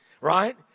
right